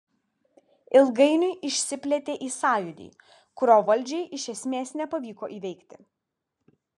ilgainiui išsiplėtė į sąjūdį kurio valdžiai iš esmės nepavyko įveikti